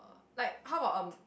like how about um